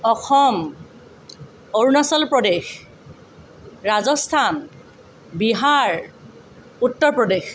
Assam Arunachal Pradesh Rajasthan Bihar Uttar Pradesh